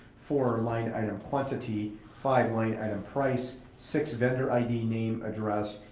four, line item quantity. five, line item price. six, vendor id, name, address,